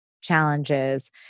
challenges